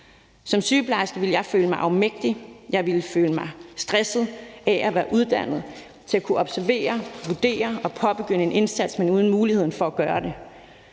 Som sygeplejerske ville jeg føle mig afmægtig, jeg ville føle mig stresset af at være uddannet til at kunne observere, vurdere og påbegynde en indsats, men uden muligheden for at gøre det.